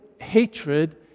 hatred